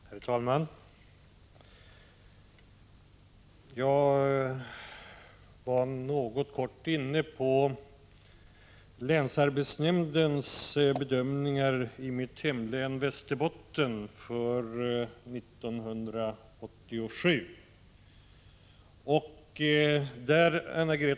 Herr talman! Jag sade tidigare helt kort någonting om de bedömningar för 1987 som länsarbetsnämnden i mitt hemlän, Västerbottens län, har gjort.